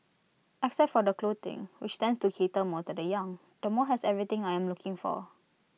except for the clothing which tends to cater more to the young the mall has everything I am looking for